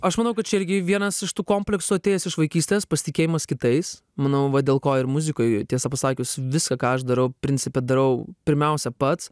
aš manau kad čia irgi vienas iš tų kompleksų atėjęs iš vaikystės pasitikėjimas kitais manau va dėl ko ir muzikoj tiesą pasakius viską ką aš darau principe darau pirmiausia pats